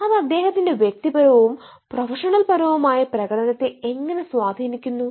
അത് അദ്ദേഹത്തിന്റെ വ്യക്തിപരവും പ്രൊഫഷണൽപരവുമായ പ്രകടനത്തെ എങ്ങനെ സ്വാധീനിക്കുന്നു